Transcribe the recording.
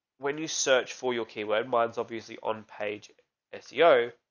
when you search for your keyword, mine's obviously on page ah seo,